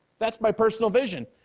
that's my personal vision.